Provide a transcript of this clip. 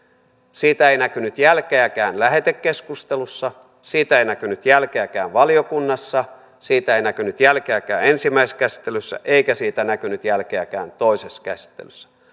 siitä ei näkynyt jälkeäkään lähetekeskustelussa siitä ei näkynyt jälkeäkään valiokunnassa siitä ei näkynyt jälkeäkään ensimmäisessä käsittelyssä eikä siitä näkynyt jälkeäkään toisessa käsittelyssä